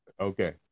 Okay